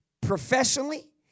professionally